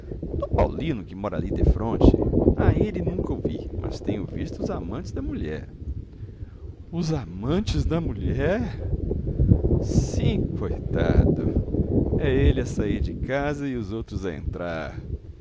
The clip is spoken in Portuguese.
do paulino que mora ali defronte a ele nunca o vi mas tenho visto os amantes da mulher os amantes da mulher sim coitado é ele a sair de casa e os outros a entrar